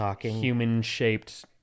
human-shaped –